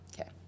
Okay